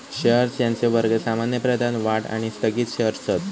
shares यांचे वर्ग सामान्य, प्राधान्य, वाढ आणि स्थगित शेअर्स हत